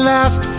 last